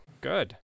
good